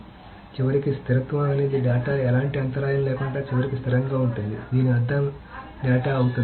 కాబట్టి చివరికి స్థిరత్వం అనేది డేటా ఎలాంటి అంతరాయం లేకుండా చివరికి స్థిరంగా ఉంటుంది దీని అర్థం డేటా అవుతుంది